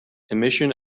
emission